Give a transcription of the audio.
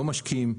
לא משקיעים.